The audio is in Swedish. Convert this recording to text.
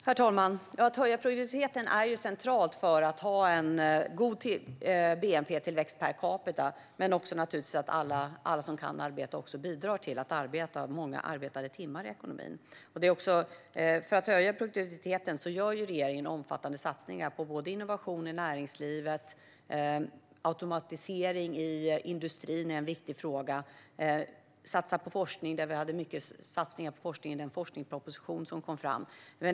Herr talman! Att höja produktiviteten är centralt för att ha en god bnp-tillväxt per capita. Men det handlar också om att alla som kan arbeta också bidrar till arbete och till många arbetade timmar i ekonomin. För att höja produktiviteten gör regeringen omfattande satsningar på innovation i näringslivet. Automatisering i industrin är en viktig fråga. Vi satsar på forskning, och gör bland annat många satsningar på det i den forskningsproposition som vi har lagt fram.